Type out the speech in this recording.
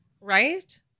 right